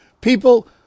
People